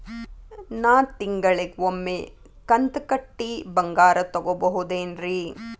ನಾ ತಿಂಗಳಿಗ ಒಮ್ಮೆ ಕಂತ ಕಟ್ಟಿ ಬಂಗಾರ ತಗೋಬಹುದೇನ್ರಿ?